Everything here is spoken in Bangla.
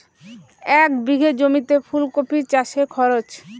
এক বিঘে জমিতে ফুলকপি চাষে খরচ?